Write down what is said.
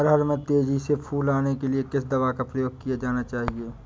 अरहर में तेजी से फूल आने के लिए किस दवा का प्रयोग किया जाना चाहिए?